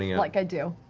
like i do.